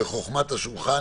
בחוכמת השולחן,